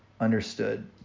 understood